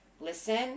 listen